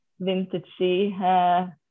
vintagey